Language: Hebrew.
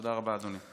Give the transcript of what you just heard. תודה רבה, אדוני.